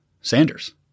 Sanders